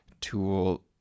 tool